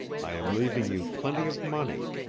i am leaving you plenty of money.